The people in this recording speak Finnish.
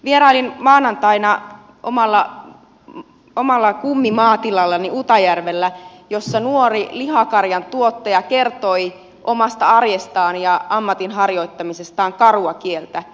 vierailin maanantaina omalla kummimaatilallani utajärvellä jossa nuori lihakarjantuottaja kertoi omasta arjestaan ja ammatinharjoittamisestaan karua kieltä